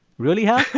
really, hal?